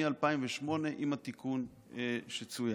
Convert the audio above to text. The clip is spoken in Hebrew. מ-2008 עם התיקון שצוין,